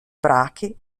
brache